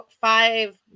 five